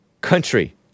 country